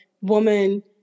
woman